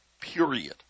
Period